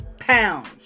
pounds